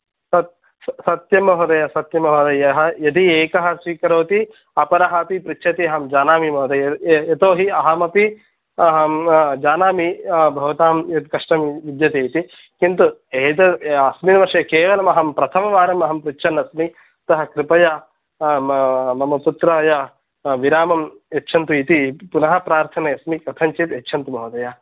सत् सत्यं महोदय सत्यं महोदय यदि एकः स्वीकरोति अपरः अपि पृच्छति अहं जानामि महोदय यतोहि अहमपि अहं जानामि भवतां यद् कष्टं विद्यते इति किन्तु एतत् अस्मिन् वर्षे केवलं अहं प्रथमवारं अहं पृच्छन् अस्मि अतः कृपया मम पुत्राय विरामं यच्छन्तु इति पुनः प्रार्थयन्नस्मि कथनञ्चित् यच्छन्तु महोदय